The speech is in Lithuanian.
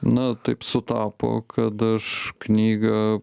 na taip sutapo kad aš knygą